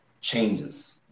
changes